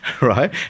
right